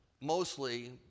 mostly